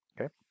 okay